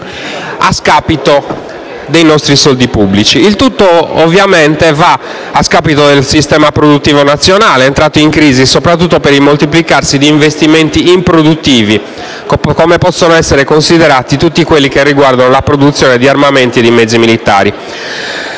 con i nostri soldi pubblici. Il tutto va, ovviamente, a scapito del sistema produttivo nazionale, entrato in crisi soprattutto per il moltiplicarsi di investimenti improduttivi, come possono essere considerati tutti quelli che riguardano la produzione di armamenti e di mezzi militari.